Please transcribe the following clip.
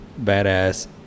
badass